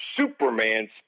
Superman